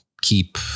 keep